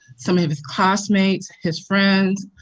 some of his classmates, his friends,